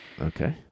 Okay